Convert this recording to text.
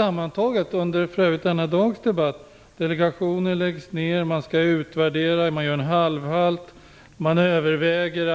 Under den här dagens debatt har vi hört att delegationer läggs ner, det skall göras utvärderingar, man gör en halvhalt, man överväger